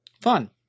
Fun